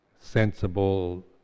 sensible